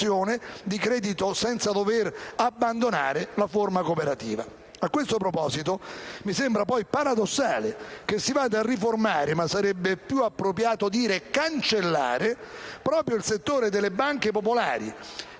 di credito senza dover abbandonare la forma cooperativa. A questo proposito, mi sembra poi paradossale che si vada a riformare - ma sarebbe più appropriato dire cancellare - proprio il settore delle banche popolari